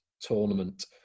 tournament